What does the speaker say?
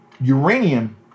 Uranium